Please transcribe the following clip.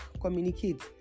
communicate